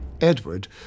Edward